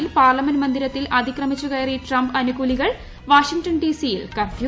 അമേരിക്കയിൽ പാർലമെന്റ് മന്ദിരത്തിൽ അതിക്രമിച്ചു കയറി ട്രംപ് അനുകൂലികൾ വാഷിങ്ടൺ ഡിസിയിൽ കർഫ്യൂ